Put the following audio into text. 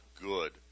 good